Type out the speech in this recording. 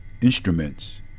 instruments